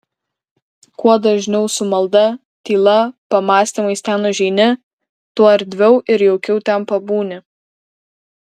kuo dažniau su malda tyla pamąstymais ten užeini tuo erdviau ir jaukiau ten pabūni